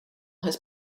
has